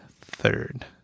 third